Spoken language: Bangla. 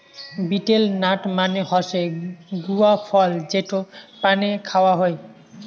বিটেল নাট মানে হসে গুয়া ফল যেটো পানে খাওয়া হই